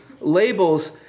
labels